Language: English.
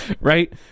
Right